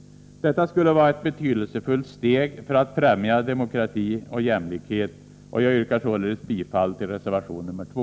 Detta skulle vara ett betydelsefullt steg för att främja demokrati och jämlikhet. Jag yrkar därför bifall till reservation nr 2.